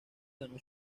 ganó